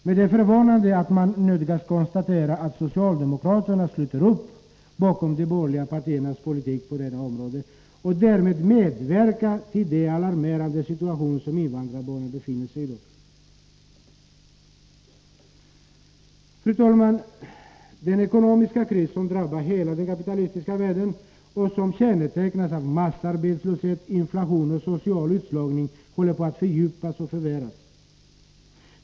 Men det är förvånande att man nödgas konstatera att socialdemokraterna sluter upp bakom de borgerliga partiernas politik på detta område och därmed medverkar till den alarmerande situation som invandrarbarnen befinner sig i i dag. Fru talman! Den ekonomiska kris som drabbar hela den kapitalistiska världen och som kännetecknas av massarbetslöshet, inflation och social utslagning håller på att fördjupas och förvärras.